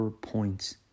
points